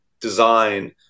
design